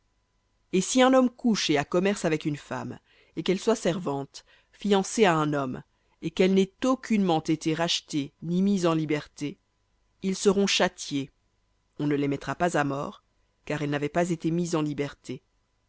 et si un homme couche et a commerce avec une femme et qu'elle soit servante fiancée à un homme et qu'elle n'ait aucunement été rachetée ni mise en liberté ils seront châtiés on ne les mettra pas à mort car elle n'avait pas été mise en liberté